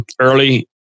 early